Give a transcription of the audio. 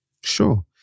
Sure